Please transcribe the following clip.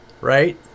right